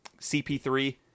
CP3